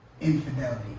infidelity